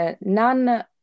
none